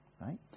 right